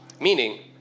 Meaning